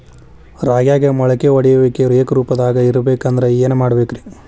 ರಾಗ್ಯಾಗ ಮೊಳಕೆ ಒಡೆಯುವಿಕೆ ಏಕರೂಪದಾಗ ಇರಬೇಕ ಅಂದ್ರ ಏನು ಮಾಡಬೇಕ್ರಿ?